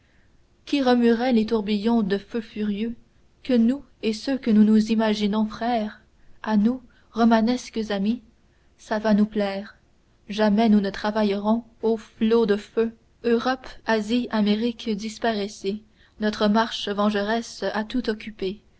qui remuerait les tourbillons de feu furieux que nous et ceux que nous nous imaginons frères a nous romanesques amis ça va nous plaire jamais nous ne travaillerons ô flots de feux europe asie amérique disparaissez notre marche vengeresse a tout occupé